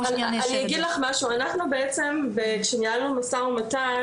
אנחנו בעצם כשניהלנו משא ומתן,